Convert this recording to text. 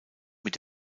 mit